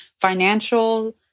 financial